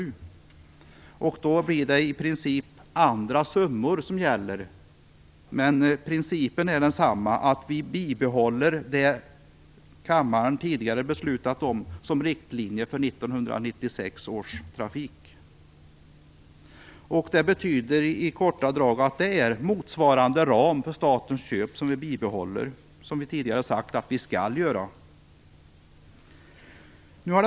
Därför blir det andra summor som gäller, men principen är densamma, att vi bibehåller det som kammaren tidigare har beslutat om som riktlinje för 1996 års trafik. Det betyder i korta drag att vi bibehåller motsvarande ram för statens köp, som vi tidigare har sagt att vi skall göra.